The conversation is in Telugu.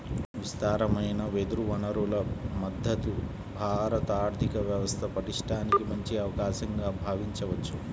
విస్తారమైన వెదురు వనరుల మద్ధతు భారత ఆర్థిక వ్యవస్థ పటిష్టానికి మంచి అవకాశంగా భావించవచ్చు